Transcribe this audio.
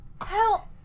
Help